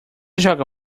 joga